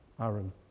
Aaron